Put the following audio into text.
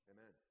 Amen